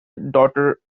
daughter